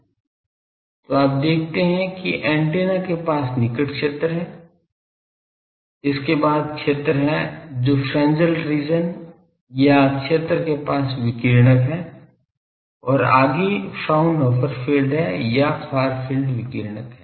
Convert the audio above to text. तो आप देखते हैं कि ऐन्टेना के पास निकट क्षेत्र है उसके बाद क्षेत्र है जो फ्रेन्ज़ेल रीज़न या क्षेत्र के पास विकिरणक है और आगे फ्राउनहोफर फील्ड है या फार फील्ड विकिरणक है